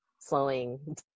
slowing